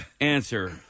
answer